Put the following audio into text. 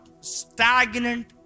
stagnant